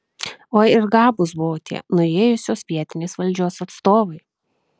oi ir gabūs buvo tie nuėjusios vietinės valdžios atstovai